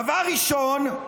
דבר ראשון,